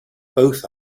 both